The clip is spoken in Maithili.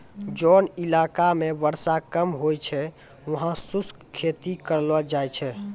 जोन इलाका मॅ वर्षा कम होय छै वहाँ शुष्क खेती करलो जाय छै